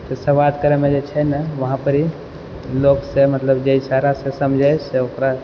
तऽ बात करैमे जे छै ने वहांपर लोकसँ मतलब जे इशारासँ समझै से ओकरा